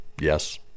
Yes